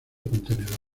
contenedores